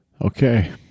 Okay